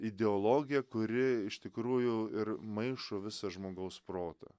ideologija kuri iš tikrųjų ir maišo visą žmogaus protą